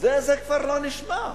זה כבר לא נשמע.